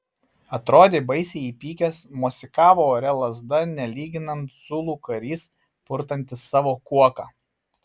atrodė baisiai įpykęs mosikavo ore lazda nelyginant zulų karys purtantis savo kuoką